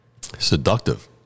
Seductive